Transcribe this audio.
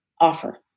offer